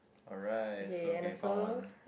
alright so okay found one